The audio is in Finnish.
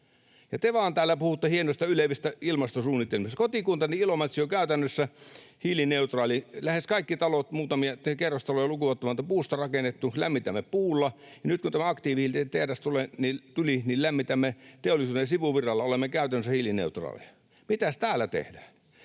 te vaan täällä puhutte hienoista, ylevistä ilmastosuunnitelmista. Kotikuntani Ilomantsi on käytännössä hiilineutraali. Lähes kaikki talot muutamia kerrostaloja lukuun ottamatta ovat puusta rakennettuja, lämmitämme puulla. Ja nyt kun tämä aktiivihiilitehdas tuli, niin lämmitämme teollisuuden sivuvirralla, olemme käytännössä hiilineutraaleja. Mitäs täällä tehdään?